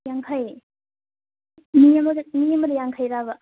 ꯌꯥꯡꯈꯩ ꯃꯤ ꯑꯃꯗ ꯃꯤ ꯑꯃꯗ ꯌꯥꯡꯈꯩꯔꯥꯕ